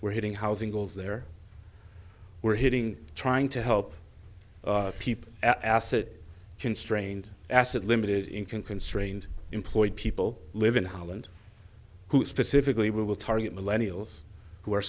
we're getting housing goes there we're hitting trying to help people asset constrained asset limited income constrained employ people live in holland who specifically will target millennialists who are